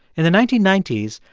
in the nineteen ninety s,